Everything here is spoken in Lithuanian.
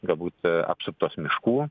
galbūt apsuptos miškų